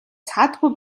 саадгүй